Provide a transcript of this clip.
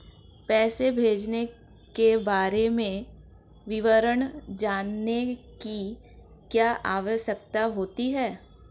पैसे भेजने के बारे में विवरण जानने की क्या आवश्यकता होती है?